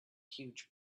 huge